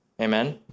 Amen